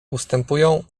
ustępują